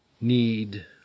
need